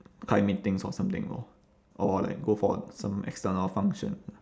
high meetings or something lor or like go for some external function